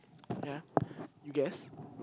ya you guess